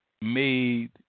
made